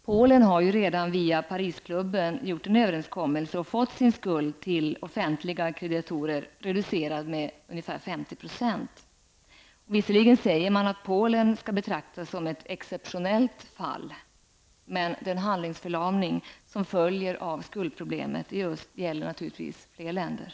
Polen har redan, via Parisklubben, uppnått en överenskommelse och har fått sin skuld till offentliga kreditorer reducerad med ungefär 50 %. Visserligen säger man att Polen skall betraktas som ett exceptionellt fall, men den handlingsförlamning som följer av skuldproblemet i öst gäller naturligtvis fler länder.